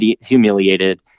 humiliated